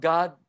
God